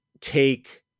take